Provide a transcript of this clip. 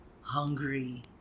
hungry